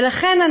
ולכן,